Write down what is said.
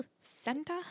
Santa